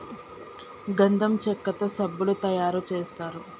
గంధం చెక్కతో సబ్బులు తయారు చేస్తారు